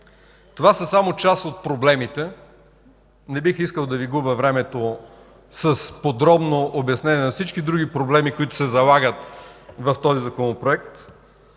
това са само част от проблемите – не бих искал да Ви губя времето с подробно обяснение на всички други проблеми, които се залагат в този Законопроект.